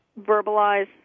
verbalize